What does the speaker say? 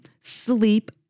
sleep